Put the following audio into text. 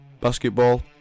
basketball